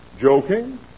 Joking